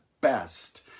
best